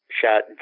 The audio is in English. shot